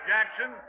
Jackson